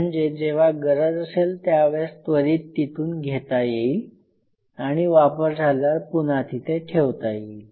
म्हणजे जेव्हा गरज असेल त्यावेळेस त्वरित तिथून घेता येईल आणि वापर झाल्यावर पुन्हा तिथे ठेवता येईल